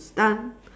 done